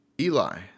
eli